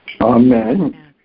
Amen